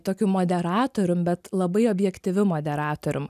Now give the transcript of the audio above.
tokiu moderatorium bet labai objektyviu moderatorium